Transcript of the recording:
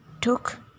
took